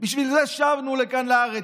בשביל זה שבנו לכאן לארץ,